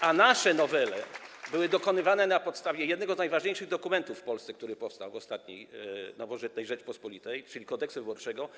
A nasze nowele były dokonywane na postawie jednego z najważniejszych dokumentów w Polsce, który powstał w nowożytnej Rzeczypospolitej, czyli Kodeksu wyborczego.